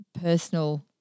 personal